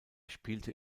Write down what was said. spielte